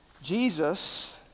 Jesus